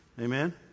Amen